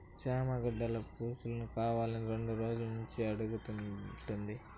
చేమగడ్డల పులుసుకావాలని రెండు రోజులనుంచి అడుగుతుంటి